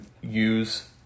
use